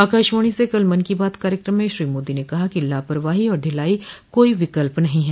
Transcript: आकाशवाणी से कल मन की बात कार्यक्रम में श्री मोदी ने कहा कि लापरवाही और ढिलाई कोई विकल्प नहीं है